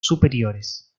superiores